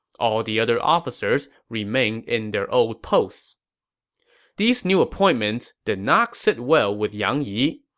all the other officers remained in their old posts these new appointments did not sit well with yang yi.